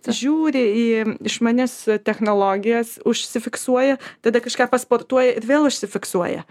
žiūri į išmanias technologijas užsifiksuoja tada kažką sportuoja ir vėl užsifiksuoja